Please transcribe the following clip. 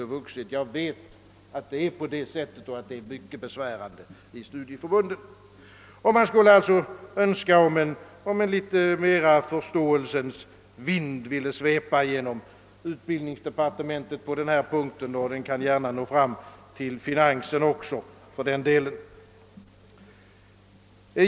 Jag vet att det förhåller sig på det sättet och att det är mycket besvärande för studieförbunden. Man skulle önska, att en förståelsens vind ville svepa genom utbildningsdepartementet, och den kunde gärna nå fram till finansdepartementet också.